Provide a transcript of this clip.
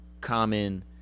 Common